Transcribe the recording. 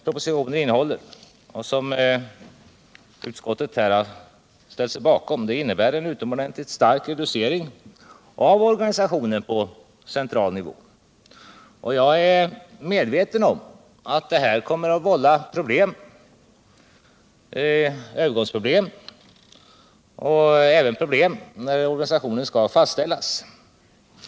Propositionens förslag, som utskottet här har ställt sig bakom, innebär en utomordentligt stark reducering av organisationen på central nivå. Jag är medveten om att detta kommer att vålla övergångsproblem och även problem när organisationen skall fastställas.